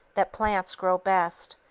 that plants grow best,